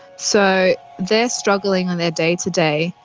so they're struggling in their day to day,